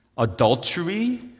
Adultery